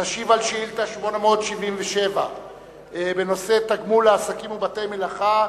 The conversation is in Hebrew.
תשיב על שאילתא מס' 877 בנושא: תמריץ על העסקת בני-נוער,